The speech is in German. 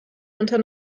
unter